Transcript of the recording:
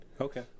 Okay